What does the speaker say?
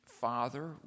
father